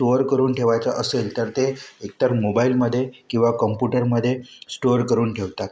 store करून ठेवायचं असेल तर ते एक तर मोबाईलमध्ये किंवा कंप्यूटरमध्ये स्टोअर करून ठेवतात